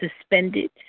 suspended